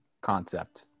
concept